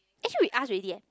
actually we ask already eh